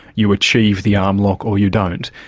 you achieve the arm lock or you don't.